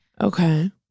okay